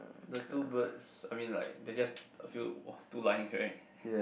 the two birds I mean like they just a few two lines right